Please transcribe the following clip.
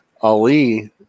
Ali